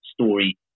story